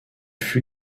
fut